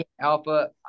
alpha